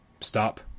stop